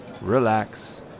relax